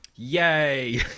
yay